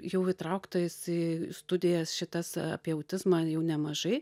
jau įtrauktas į studijas šitas apie autizmą jau nemažai